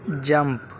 jump